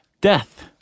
Death